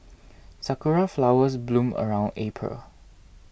sakura flowers bloom around April